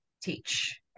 teach